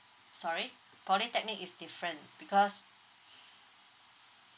sorry polytechnic is different because